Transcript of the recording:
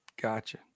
Gotcha